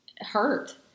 hurt